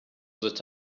that